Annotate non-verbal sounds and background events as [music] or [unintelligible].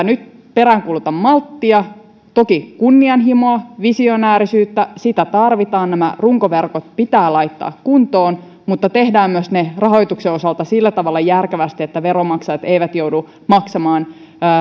[unintelligible] nyt peräänkuulutan malttia toki kunnianhimoa visionäärisyyttä sitä tarvitaan nämä runkoverkot pitää laittaa kuntoon mutta tehdään se myös rahoituksen osalta sillä tavalla järkevästi että veronmaksajat eivät joudu maksamaan